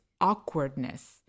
awkwardness